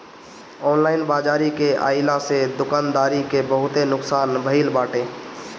online बाजारी के आइला से दुकानदारी के बहुते नुकसान भईल बाटे